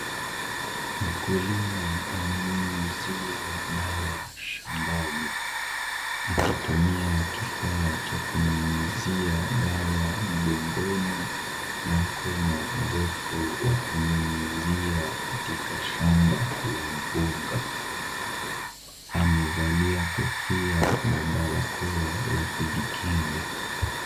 Mkulima anayunyuzia dawa shambani, akitumia kifaa cha kunyunyuzia dawa mgongoni na mkono mrefu wa kunyunyuzia katika shamba la mpunga. Amevalia kofia na barakoa ya kujikinga.